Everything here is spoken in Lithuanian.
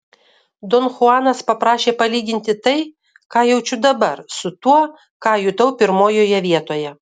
don chuanas paprašė palyginti tai ką jaučiu dabar su tuo ką jutau pirmojoje vietoje